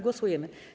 Głosujemy.